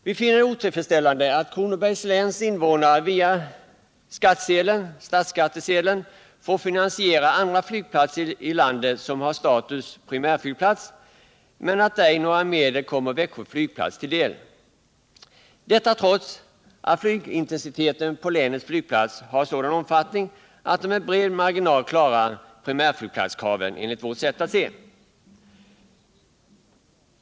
Vi finner det otillfredsställande att Kronobergs läns invånare via skattsedeln, alltså statsskatten, får finansiera andra flygplatser i landet som har status som primärflygplats men att ej några medel kommer Växjö flygplats till del. Detta trots att flygintensiteten på länets Nygplats har sådan omfattning att den med bred marginal klarar primärflygplatskraven, enligt vårt sätt att se.